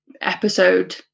episode